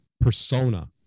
persona